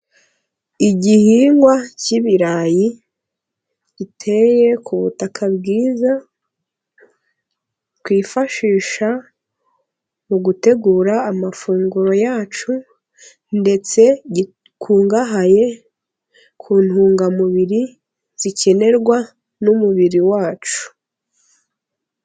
Igihingwa cy'ibirayi giteye ku butaka bwiza twifashisha mu gutegura amafunguro yacu, ndetse gikungahaye ku ntungamubiri zikenerwa n'umubiri wacu.